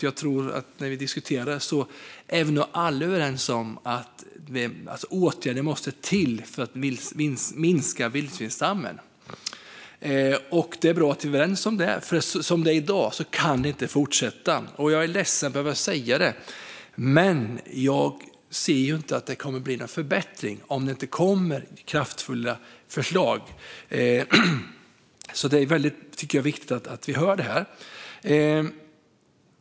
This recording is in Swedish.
Jag tror att vi alla är överens om att åtgärder måste till för att minska vildsvinsstammen. Det är bra att vi är överens om det. Det kan inte fortsätta som det är i dag. Jag är ledsen att behöva säga det, men jag ser inte att det kommer att bli en förbättring om det inte kommer kraftfulla förslag. Därför är det viktigt att höra det här.